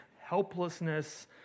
helplessness